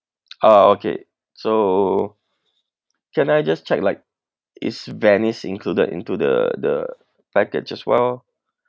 ah okay so can I just check like is venice included into the the package as well